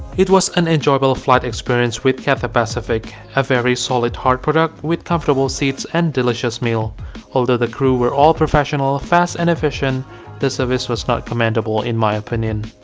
it was an enjoyable flight experience with cathay pacific a very solid hard product with comfortable seats and delicious meal although the crew were all professional, fast and efficient the service was not commendable in my opinion